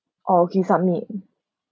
orh okay submit